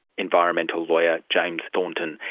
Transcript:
environmental lawyer james thornton.